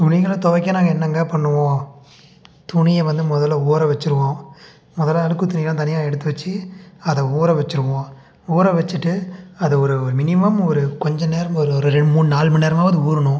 துணிகளை துவைக்க நாங்கள் என்னங்க பண்ணுவோம் துணியை வந்து முதல்ல ஊற வச்சிடுவோம் முதல்ல அழுக்கு துணியெல்லாம் தனியாக எடுத்து வச்சு அதை ஊற வச்சிடுவோம் ஊற வச்சிட்டு அதை ஒரு மினிமம் ஒரு கொஞ்சம் நேரம் ஒரு ஒரு ரெண்டு மூணு நாலு மணி நேரமாவது ஊறணும்